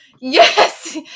Yes